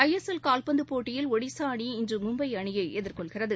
ஐ S L கால்பந்துபோட்டியில் ஒடிசாஅணி இன்றுமும்பைஅணியைஎதிர்கொள்கிறது